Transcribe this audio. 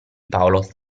paolo